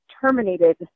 terminated